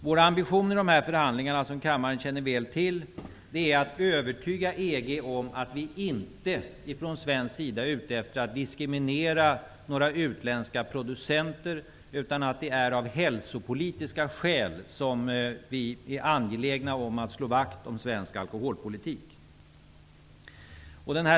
Som kammaren väl känner till är våra ambitioner i förhandlingarna att övertyga EG om att vi från svensk sida inte är ute efter att diskriminera några utländska producenter, utan att det är av hälsopolitiska skäl som vi är angelägna om att slå vakt om svensk alkoholpolitik.